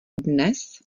dnes